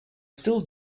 still